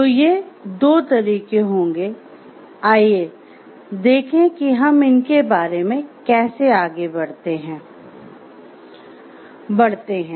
तो ये दो तरीके होंगे आइए देखें कि हम इनके बारे में कैसे आगे बढ़ते हैं